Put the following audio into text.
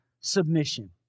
Submission